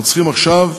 אנחנו צריכים עכשיו,